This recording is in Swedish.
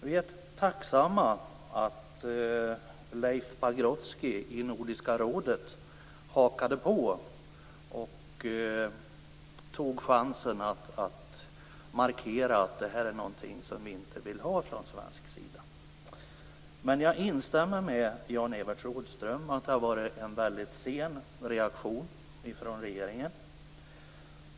Vi är tacksamma att Leif Pagrotsky i Nordiska rådet hakade på och tog chansen att markera att detta är någonting som vi inte vill ha från svensk sida. Jag instämmer med Jan-Evert Rådhström att det har varit en väldigt sen reaktion från regeringens sida.